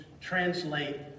translate